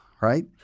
right